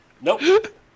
Nope